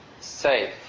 safe